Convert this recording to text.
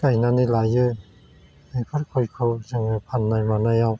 गायनानै लायो बेफोर गयखौ जोङो फान्नाय मानायाव